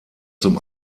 zum